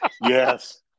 Yes